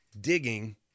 digging